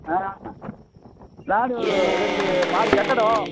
ஆ நான் ரெண்டு மாடி கட்டடம்